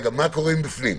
מה לגבי בפנים?